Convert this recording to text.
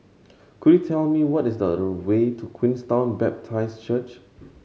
could you tell me what is the way to Queenstown Baptist Church